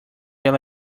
ela